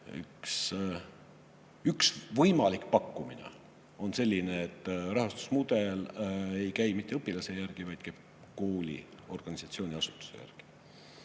üks võimalik pakkumine on selline, et rahastus ei käiks mitte õpilase järgi, vaid kooli, organisatsiooni, asutuse järgi.